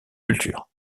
cultures